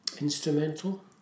instrumental